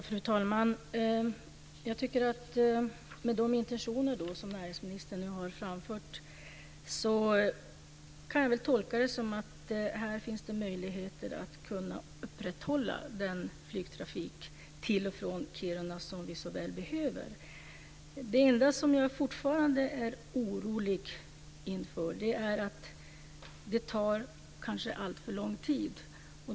Fru talman! Utifrån de intentioner som näringsministern nu har framfört kan jag tolka det som att det finns möjligheter att upprätthålla den flygtrafik till och från Kiruna som vi så väl behöver. Det enda jag fortfarande är orolig för är att det kanske tar alltför lång tid.